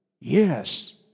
Yes